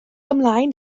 ymlaen